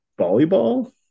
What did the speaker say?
volleyball